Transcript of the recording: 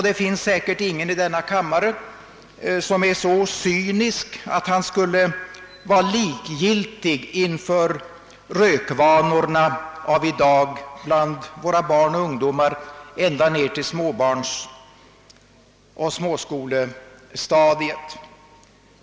Det finns säkert ingen i denna kammare som är så cynisk att han skulle vara likgiltig inför rökvanorna av i dag bland våra barn och ungdomar ända ner till skolans lågstadium.